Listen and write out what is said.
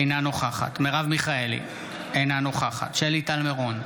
אינה נוכחת מרב מיכאלי, אינה נוכחת שלי טל מירון,